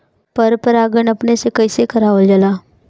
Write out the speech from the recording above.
पर परागण अपने से कइसे करावल जाला?